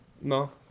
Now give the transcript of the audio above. No